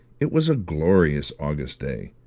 it was a glorious august day.